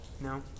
no